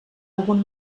algun